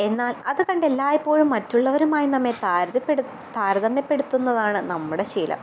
എന്നാൽ അത് കണ്ട് എല്ലായ്പ്പോഴും മറ്റുള്ളവരുമായി നമ്മെ താരതമ്യപ്പെടുത്തുന്നതാണ് നമ്മുടെ ശീലം